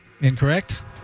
Incorrect